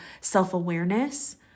self-awareness